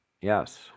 Yes